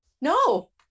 No